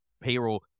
payroll